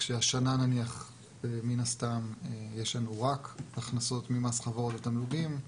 כשהשנה נניח מן הסתם יש לנו רק הכנסות ממס חברות ותמלוגים,